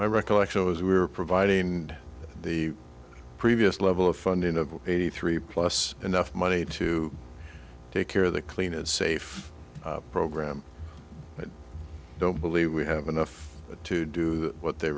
my recollection was we were providing the previous level of funding of eighty three plus enough money to take care of the clean and safe program but i don't believe we have enough to do that what they